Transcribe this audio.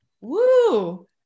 woo